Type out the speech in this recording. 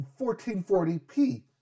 1440p